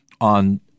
on